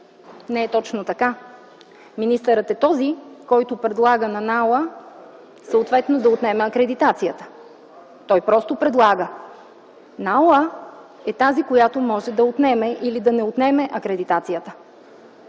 не е точно така. Министърът е този, който предлага на НАОА съответно да отнеме акредитацията. Той просто предлага. НАОА е тази, която може да отнеме или да не отнеме акредитацията.